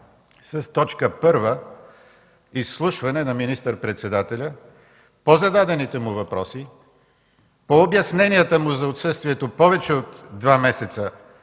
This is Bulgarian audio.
с точка първа: Изслушване на министър-председателя по зададените му въпроси, по обясненията му за отсъствието повече от два месеца